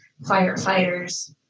firefighters